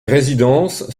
résidences